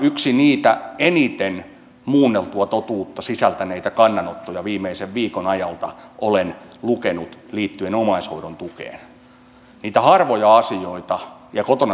yhden niitä eniten muunneltua totuutta sisältäneitä kannanottoja viimeisen viikon ajalta olen lukenut liittyen omaishoidon tukeen ja kotona tapahtuviin palveluihin